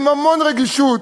עם המון רגישות,